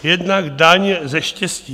Jednak daň ze štěstí.